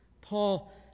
Paul